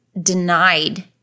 denied